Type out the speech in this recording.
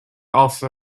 also